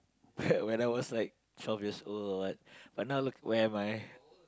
when I was like twelve years old or what but now look where am I